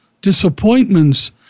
disappointments